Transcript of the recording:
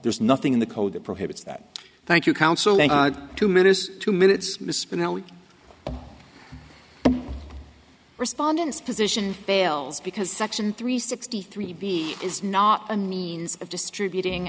there's nothing in the code that prohibits that thank you counseling two minutes two minutes mispronounce respondants position fails because section three sixty three b is not an means of distributing